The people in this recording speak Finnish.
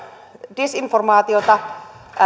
disinformaatiota